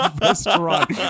restaurant